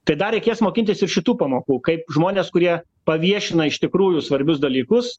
tai dar reikės mokintis ir šitų pamokų kaip žmonės kurie paviešina iš tikrųjų svarbius dalykus